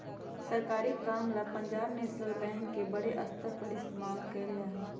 सरकारी काम ला पंजाब नैशनल बैंक के बडे स्तर पर इस्तेमाल कइल जा हई